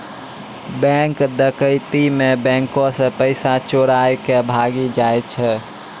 bank डकैती मे बैंको से पैसा चोराय के भागी जाय छै